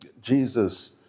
Jesus